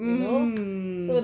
mm